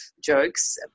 jokes